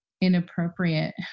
inappropriate